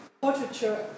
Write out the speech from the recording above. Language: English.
Portraiture